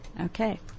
okay